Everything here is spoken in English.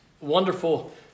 wonderful